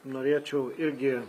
norėčiau irgi